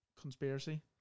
conspiracy